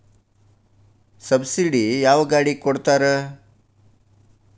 Subsidy ಯಾವ ಗಾಡಿಗೆ ಕೊಡ್ತಾರ?